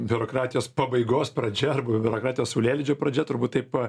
biurokratijos pabaigos pradžia arba biurokratijos saulėlydžio pradžia turbūt taip